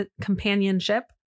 companionship